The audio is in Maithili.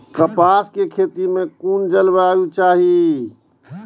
कपास के खेती में कुन जलवायु चाही?